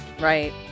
right